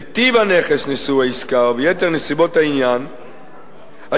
בטיב הנכס נשוא העסקה וביתר נסיבות העניין שעשויות